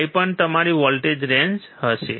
5 પણ તમારી voltage range હશે